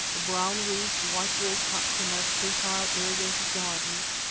the brown-roofed, white-walled huts in their fertile, irrigated gardens,